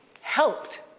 Helped